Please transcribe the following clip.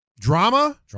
Drama